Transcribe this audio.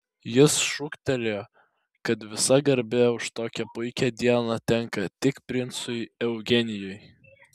jis šūktelėjo kad visa garbė už tokią puikią dieną tenka tik princui eugenijui